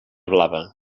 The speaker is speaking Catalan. blava